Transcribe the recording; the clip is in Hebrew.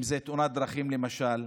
אם זה תאונת דרכים, למשל,